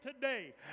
today